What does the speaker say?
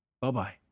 Bye-bye